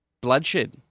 bloodshed